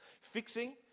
Fixing